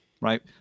right